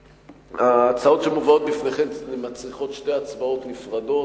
ההצעות שמובאות בפניכם מצריכות שתי הצבעות נפרדות,